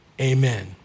amen